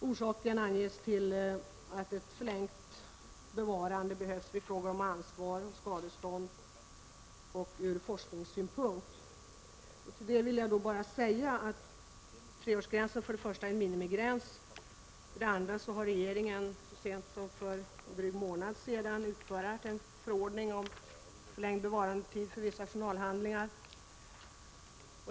Orsaken anges vara att ett förlängt bevarande behövs i fråga om ansvar och skadestånd samt ur forskningssynpunkt. Till detta vill jag säga att treårsgränsen är en minimigräns och att regeringen också, så sent som för drygt en månad sedan, har utfärdat en förordning om förlängd bevarandetid för vissa journalhandlingar.